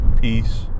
peace